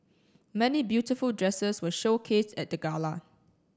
many beautiful dresses were showcased at the gala